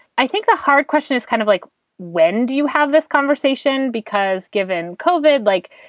i think the hard question is kind of like when do you have this conversation? because given covid like,